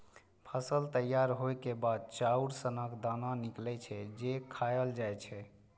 फसल तैयार होइ के बाद चाउर सनक दाना निकलै छै, जे खायल जाए छै